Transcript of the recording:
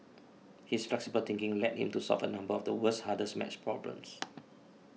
his flexible thinking led him to solve a number of the world's hardest math problems